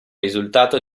risultato